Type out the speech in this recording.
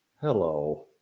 hello